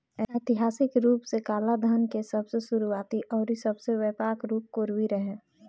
ऐतिहासिक रूप से कालाधान के सबसे शुरुआती अउरी सबसे व्यापक रूप कोरवी रहे